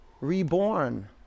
reborn